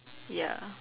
ya